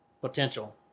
potential